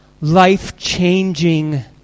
life-changing